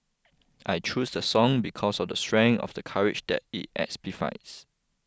I choose the song because of the strength of the courage that it exemplifies